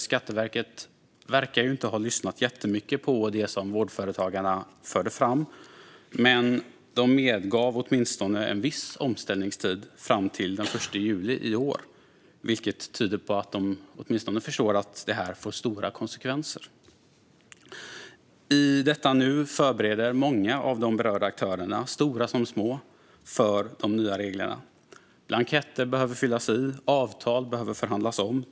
Skatteverket verkar ju inte ha lyssnat jättemycket på det som Vårdföretagarna förde fram, men de medgav åtminstone en viss omställningstid, fram till den 1 juli i år, vilket tyder på att de åtminstone förstår att det här får stora konsekvenser. I detta nu förbereder sig många av de berörda aktörerna, stora som små, för de nya reglerna. Blanketter behöver fyllas i och avtal förhandlas om.